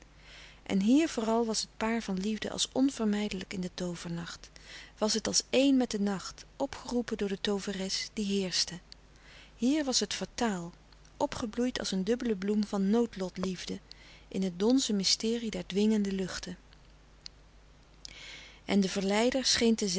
en hier vooral was het paar van liefde als onvermijdelijk in den toovernacht was het als eén met den nacht opgeroepen door de tooveres die heerschte hier was het fataal opgebloeid als een dubbele bloem van noodlotliefde in het donzen mysterie der dwingende luchten en de verleider scheen te